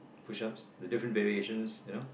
push ups the different variations you know